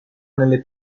nelle